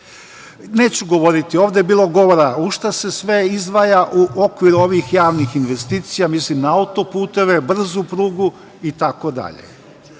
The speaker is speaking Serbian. govoriti, ovde je bilo govora za šta se sve izdvaja u okviru ovih javnih investicija, mislim na autoputeve, brzu prugu, itd.